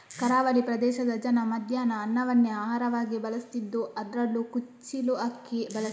ಕರಾವಳಿ ಪ್ರದೇಶದ ಜನ ಮಧ್ಯಾಹ್ನ ಅನ್ನವನ್ನೇ ಆಹಾರವಾಗಿ ಬಳಸ್ತಿದ್ದು ಅದ್ರಲ್ಲೂ ಕುಚ್ಚಿಲು ಅಕ್ಕಿ ಬಳಸ್ತಾರೆ